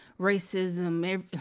racism